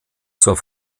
zur